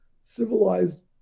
civilized